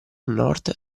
nord